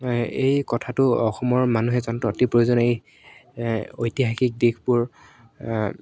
এই কথাটো অসমৰ মানুহে জনাটো অতি প্ৰয়োজন এই ঐতিহাসিক দিশবোৰ